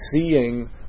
seeing